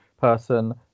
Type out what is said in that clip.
person